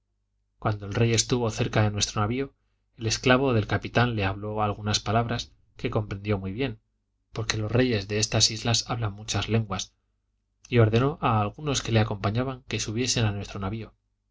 cuando el rey estuvo cerca de nuestro navio el esclavo del capitán le habló algunas palabras que comprendió muy bien porque los reyes de estas islas hablan muchas lenguas y ordenó a algunos de los que le acompañaban que subiesen a nuestro navio